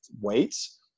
weights